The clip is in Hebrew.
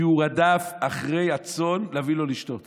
כי הוא רדף אחרי הצאן להביא לו לשתות